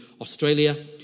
Australia